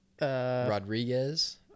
Rodriguez